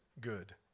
good